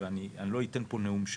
ואני לא אתן פה נאום שלם,